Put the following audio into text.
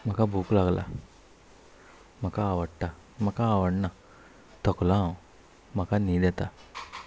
म्हाका भूक लागला म्हाका आवडटा म्हाका आवडना थकलो हांव म्हाका न्हीद येता